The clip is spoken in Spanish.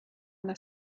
una